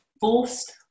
forced